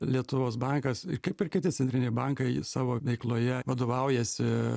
lietuvos bankas kaip ir kiti centriniai bankai savo veikloje vadovaujasi